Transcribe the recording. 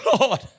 Lord